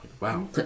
Wow